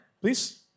please